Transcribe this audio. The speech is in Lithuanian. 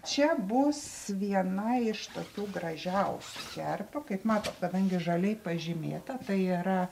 čia bus viena iš tokių gražiausių kerpių kaip matot kadangi žaliai pažymėta tai yra